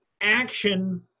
action